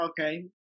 Okay